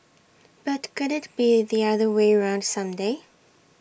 but could IT be the other way round some day